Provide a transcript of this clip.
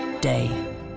day